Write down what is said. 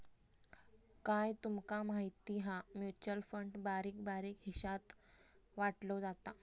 काय तूमका माहिती हा? म्युचल फंड बारीक बारीक हिशात वाटलो जाता